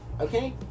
okay